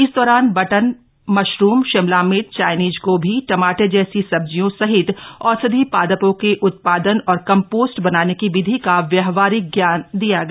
इस दौरान button mushroom Shimla मिर्च चायनीज गोभी टमाटर जैसी सब्जियों सहित औषधीय पादपों के उत्पादन और कम्पोस्ट बनाने की विधि का व्यावहारिक ज्ञान दिया गया